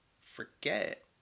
forget